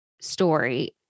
story